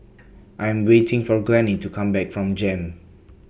I Am waiting For Glennie to Come Back from Jem